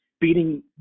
beating